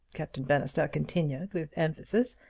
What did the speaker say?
captain bannister continued, with emphasis,